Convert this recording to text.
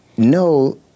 No